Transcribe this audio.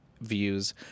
views